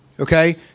Okay